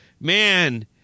man